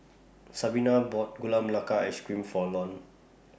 Sabina bought Gula Melaka Ice Cream For Lorne